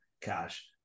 Cash